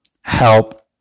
help